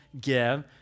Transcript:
give